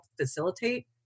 facilitate